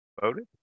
voted